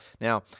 Now